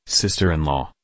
sister-in-law